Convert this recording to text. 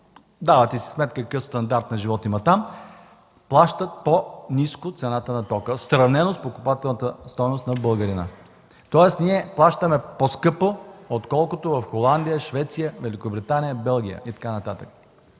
давате си сметка какъв стандарт на живот има там – плащат по ниска цена на тока, сравнено с покупателната стойност на българина. Тоест ние плащаме по-скъпо отколкото в Холандия, Швеция, Великобритания, Белгия и така